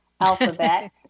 alphabet